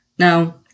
Now